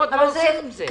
לראות מה עושים עם זה.